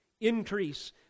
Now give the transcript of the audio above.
increase